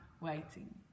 waiting